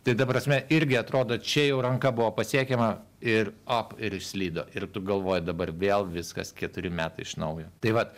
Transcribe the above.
tai ta prasme irgi atrodo čia jau ranka buvo pasiekiama ir op ir išslydo ir tu galvoji dabar vėl viskas keturi metai iš naujo tai vat